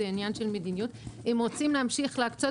זה עניין של מדיניות אם רוצים להמשיך להקצות